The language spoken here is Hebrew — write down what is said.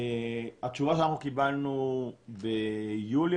התשובה שאנחנו קיבלנו ביולי,